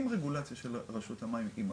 עם רגולציה של רשות המים עם הכל,